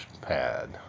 pad